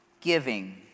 giving